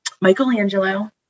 Michelangelo